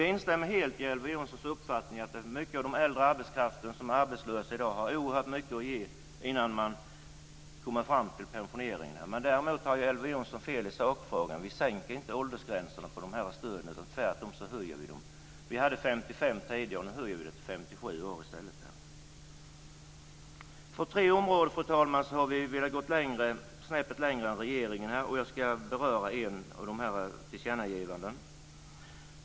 Jag instämmer i Elver Jonssons uppfattning att många bland den äldre arbetskraften som är arbetslösa i dag har oerhört mycket att ge innan de kommer fram till pensioneringen. Däremot har Elver Jonsson fel i sakfrågan. Det var 55 år tidigare, och vi höjer nu till 57 år. Fru talman!